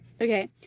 okay